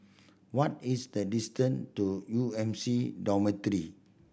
what is the distance to U M C Dormitory